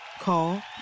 Call